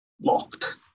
locked